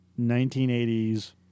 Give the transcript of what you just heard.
1980s